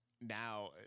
now